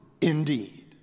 indeed